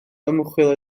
ymchwil